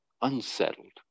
unsettled